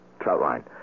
Troutline